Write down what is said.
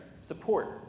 support